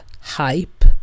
hype